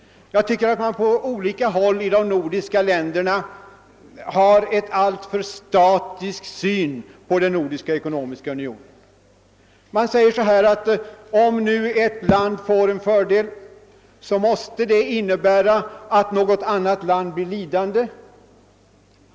Jag tycker att man på olika håll i de nordiska länderna har en alltför statisk syn på den nordiska ekonomiska unionen. Man säger, att om ett land får en fördel, måste detta innebära att något annat land blir lidande.